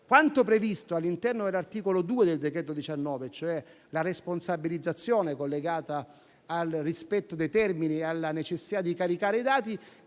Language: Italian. Quanto previsto all'interno dell'articolo 2 del decreto-legge n. 19 del corrente anno, cioè la responsabilizzazione collegata al rispetto dei termini e alla necessità di caricare i dati,